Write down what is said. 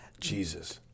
Jesus